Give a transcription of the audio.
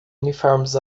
uniformes